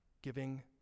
Giving